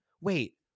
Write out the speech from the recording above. Wait